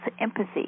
empathy